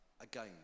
Again